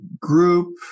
group